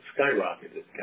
skyrocketed